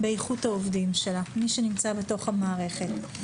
באיכות העובדים שלה, מי שנמצא בתוך המערכת.